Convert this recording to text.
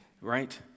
right